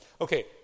Okay